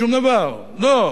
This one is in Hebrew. עוד לא קיבל שום דבר, לא.